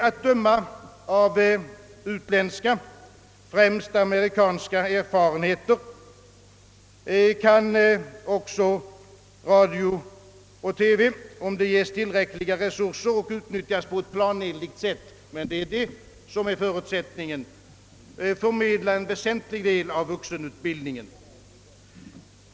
Att döma av utländska — främst amerikanska — erfarenheter kan också radio och TV, om de ges tillräckliga resurser och utnyttjas på ett planenligt sätt, förmedla en väsentlig del av vuxenutbildningen.